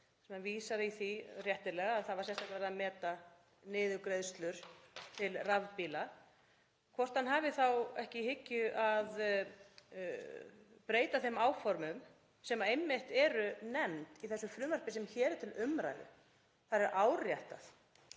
sem hann vísar réttilega í að það var sérstaklega verið að meta niðurgreiðslur til rafbíla, hvort hann hafi þá ekki í hyggju að breyta þeim áformum sem einmitt eru nefnd í þessu frumvarpi sem er til umræðu. Þar er áréttað